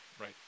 Right